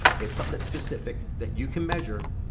it's something that's specific that you can measure,